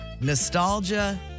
nostalgia